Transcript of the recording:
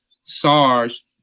SARS